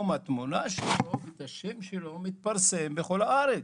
התמונה שלו והשם שלו מתפרסמים בכל הארץ.